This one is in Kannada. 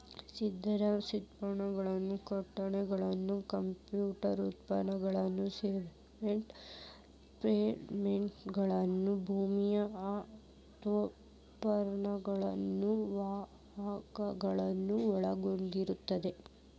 ಸ್ಥಿರ ಸ್ವತ್ತುಗಳು ಕಟ್ಟಡಗಳು ಕಂಪ್ಯೂಟರ್ ಉಪಕರಣಗಳು ಸಾಫ್ಟ್ವೇರ್ ಪೇಠೋಪಕರಣಗಳು ಭೂಮಿ ಯಂತ್ರೋಪಕರಣಗಳು ವಾಹನಗಳನ್ನ ಒಳಗೊಂಡಿರ್ತದ